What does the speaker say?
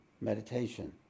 meditation